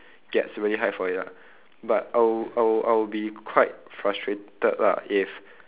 gets really high for it lah but I wou~ I wou~ I would be quite frustrated lah if